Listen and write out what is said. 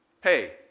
hey